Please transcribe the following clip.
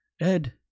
ed